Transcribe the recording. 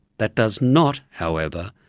that does not, however,